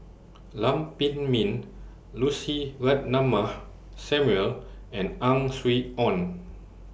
Lam Pin Min Lucy Ratnammah Samuel and Ang Swee Aun